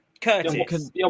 curtis